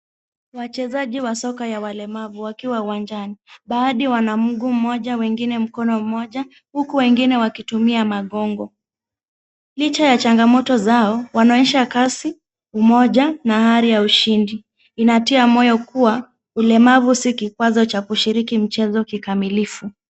Wachezaji wa soka ya walemavu wakiwa uwanjani. Baadhi wana mguu mmoja, wengine mkono mmoja, huku wengine wakitumia magongo. Licha ya changamoto zao, wanaonyesha kasi ,umoja na hali ya ushindi. Inatia moyo kuwa, ulemavu si kikwazo cha kushiriki mchezo kikamilifu.